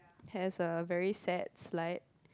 has a very sad slide